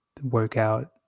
workout